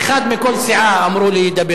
אמרו לי שאחד מכל סיעה ידבר.